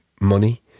money